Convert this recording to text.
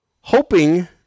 hoping